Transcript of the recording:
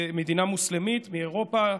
למדינה מוסלמית מאירופה.